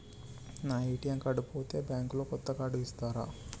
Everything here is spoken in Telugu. నా ఏ.టి.ఎమ్ కార్డు పోతే బ్యాంక్ లో కొత్త కార్డు ఇస్తరా?